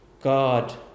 God